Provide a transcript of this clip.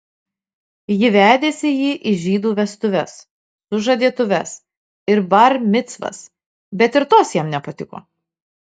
ji vedėsi jį į žydų vestuves sužadėtuves ir bar micvas bet ir tos jam nepatiko